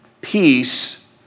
Peace